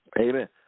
Amen